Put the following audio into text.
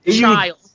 child